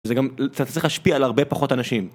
זה גם צריך להשפיע על הרבה פחות אנשים.